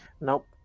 Nope